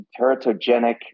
teratogenic